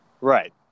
Right